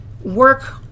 Work